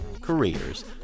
careers